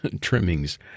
trimmings